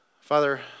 Father